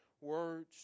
Words